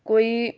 ਕੋਈ